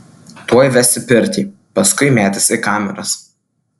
tuoj ves į pirtį paskui mėtys į kameras